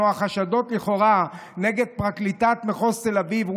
כמו החשדות לכאורה נגד פרקליטת מחוז תל אביב,